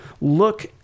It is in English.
look